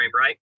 right